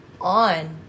on